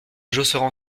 josserand